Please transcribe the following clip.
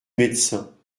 médecins